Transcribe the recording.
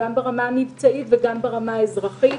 גם ברמה המבצעית וגם ברמה האזרחית,